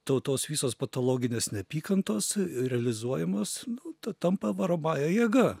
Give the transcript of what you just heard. tautos visos patologinės neapykantos realizuojamos ta tampa varomąja jėga